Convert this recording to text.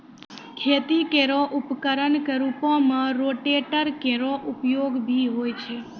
खेती केरो उपकरण क रूपों में रोटेटर केरो उपयोग भी होय छै